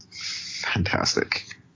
fantastic